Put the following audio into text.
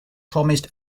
promised